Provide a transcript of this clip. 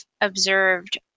observed